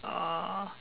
oh